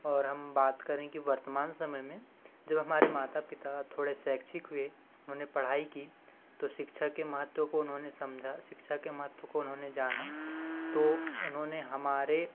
और हम बात करें कि वर्तमान समय में जब हमारे माता पिता थोड़े शैक्षिक हुए उन्होंने पढ़ाई की तो शिक्षा के महत्व को उन्होंने समझा शिक्षा के महत्व को उन्होंने जाना तो उन्होंने हमारे